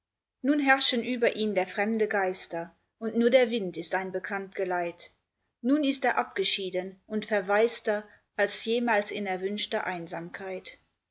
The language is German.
nun herrschen über ihn der fremde geister und nur der wind ist ein bekannt geleit nun ist er abgeschieden und verwaister als jemals in erwünschter einsamkeit